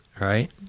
right